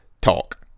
talk